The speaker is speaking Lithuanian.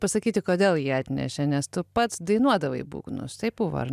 pasakyti kodėl jį atnešė nes tu pats dainuodavai būgnus taip buvo ar